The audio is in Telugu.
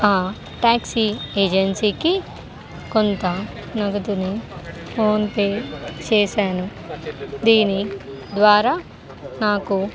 ఆ ట్యాక్సీ ఏజెన్సీకి కొంత నగదుని ఫోన్పే చేశాను దీని ద్వారా నాకు